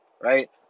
right